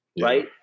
right